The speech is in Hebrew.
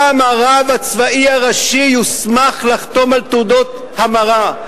גם הרב הצבאי הראשי יוסמך לחתום על תעודות המרה.